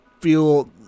feel